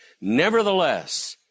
nevertheless